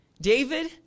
David